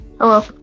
hello